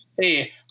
hey